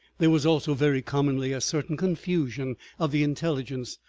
there was also very commonly a certain confusion of the intelligence,